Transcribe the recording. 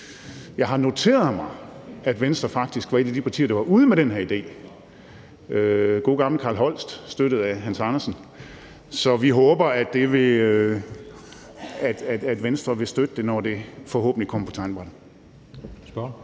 jeg har noteret mig, at Venstre faktisk var et af de partier, der var ude med den her idé – gode gamle Carl Holst støttet af Hans Andersen. Så vi håber, at Venstre vil støtte det, når det forhåbentlig kommer på tegnebrættet.